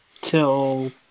till